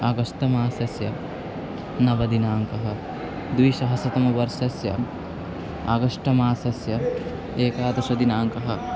आगस्त मासस्य नवमदिनाङ्कः द्विसहस्रतमवर्षस्य आगष्ट मासस्य एकादशदिनाङ्कः